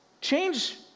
change